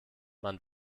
man